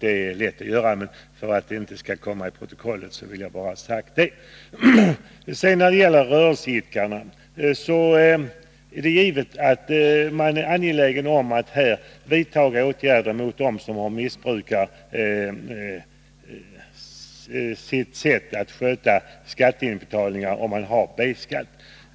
Det är lätt att göra sig skyldig till en sådan, men jag vill i alla fall anföra detta till protokollet. När det gäller rörelseidkarna är det givet att man är angelägen om att vidta åtgärder mot dem som har B-skatt och gör sig skyldiga till missbruk vid skatteinbetalningar.